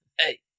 Hey